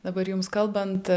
dabar jums kalbant